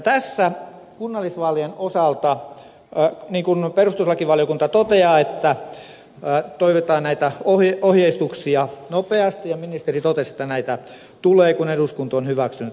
tässä kunnallisvaalien osalta niin kuin perustuslakivaliokunta toteaa toivotaan näitä ohjeistuksia nopeasti ja ministeri totesi että näitä tulee kun eduskunta on hyväksynyt tämän lain